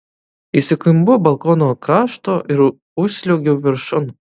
įsikimbu balkono krašto ir užsliuogiu viršun